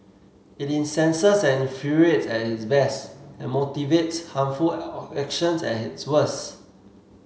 it incenses and infuriates at its best and motivates harmful actions at its worst